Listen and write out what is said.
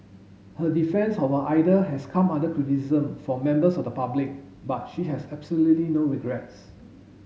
her defence of her idol has come under criticism from members of the public but she has absolutely no regrets